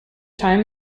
time